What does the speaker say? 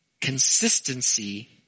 consistency